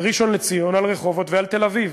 על ראשון-לציון, על רחובות ועל תל-אביב,